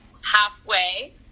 Halfway